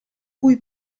cui